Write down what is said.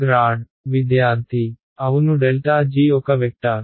grad అవును ∇g ఒక vector